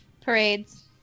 Parades